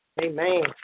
Amen